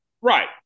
Right